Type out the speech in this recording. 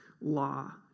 law